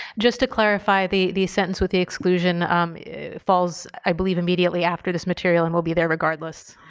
just to clarify the the sentence with the exclusion falls i believe immediately after this material and will be there regardless.